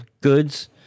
goods